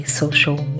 social